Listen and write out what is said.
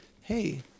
hey